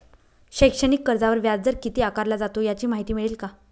शैक्षणिक कर्जावर व्याजदर किती आकारला जातो? याची माहिती मिळेल का?